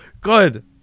good